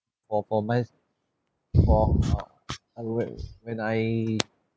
for for mine is for uh I was when I